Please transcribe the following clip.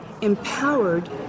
empowered